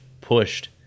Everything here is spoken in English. pushed